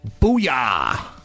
Booyah